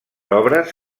obres